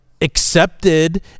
accepted